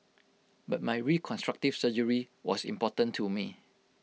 but my reconstructive surgery was important to me